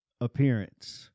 appearance